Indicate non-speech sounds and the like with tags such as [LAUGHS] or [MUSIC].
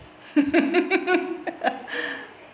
[LAUGHS]